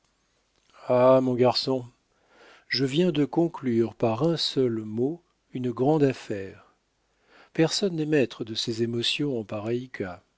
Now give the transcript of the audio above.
ah mon garçon je viens de conclure par un seul mot une grande affaire personne n'est maître de ses émotions en pareil cas